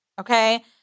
Okay